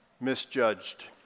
misjudged